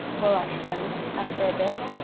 remarked bunny, after a bit.